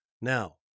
Now